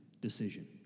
decision